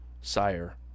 Sire